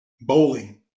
bowling